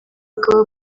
akaba